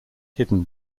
hidden